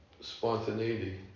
spontaneity